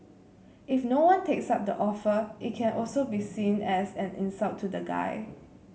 if no one takes up the offer it can also be seen as an insult to the guy